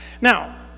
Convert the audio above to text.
now